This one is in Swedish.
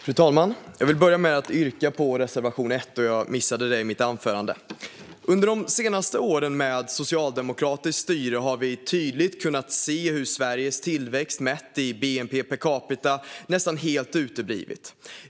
Fru talman! Jag vill börja med att yrka bifall till reservation 1, då jag missade det under mitt anförande. Under de senaste åren med socialdemokratiskt styre har vi tydligt kunnat se hur Sveriges tillväxt mätt i bnp per capita nästan helt har uteblivit.